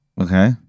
okay